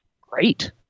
great